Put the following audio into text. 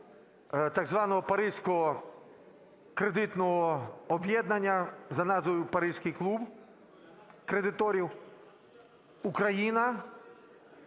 так званого паризького кредитного об'єднання за назвою Паризький клуб кредиторів Україна